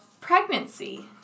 pregnancy